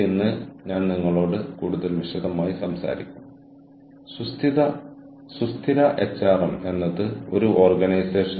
എന്റെ ഉപഭോക്താവിനോട് പ്രതിബദ്ധത പുലർത്താൻ ഞാൻ ആഗ്രഹിക്കുന്നു